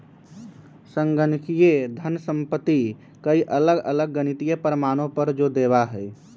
संगणकीय धन संपत्ति कई अलग अलग गणितीय प्रमाणों पर जो देवा हई